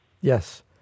Yes